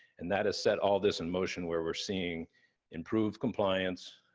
and that has set all this in motion where we're seeing improved compliance,